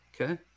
okay